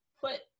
put